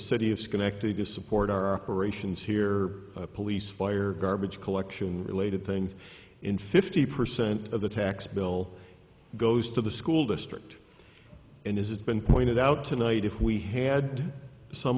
city of schenectady to support our operations here police fire garbage collection related things in fifty percent of the tax bill goes to the school district and as it's been pointed out tonight if we had some